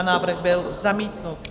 Návrh byl zamítnut.